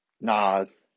Nas